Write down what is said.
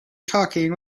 talking